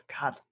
god